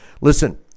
Listen